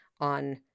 on